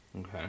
Okay